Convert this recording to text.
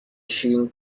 شیرین